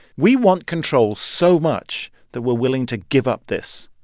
we want control so much that we're willing to give up this.